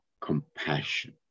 compassion